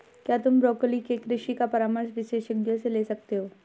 क्या तुम ब्रोकोली के कृषि का परामर्श विशेषज्ञों से ले सकते हो?